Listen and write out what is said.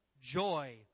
joy